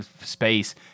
space